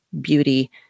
beauty